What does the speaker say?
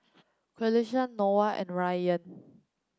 Qalisha Noah and Ryan